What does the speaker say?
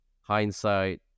hindsight